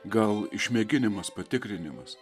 gal išmėginimas patikrinimas